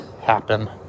happen